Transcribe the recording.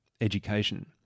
education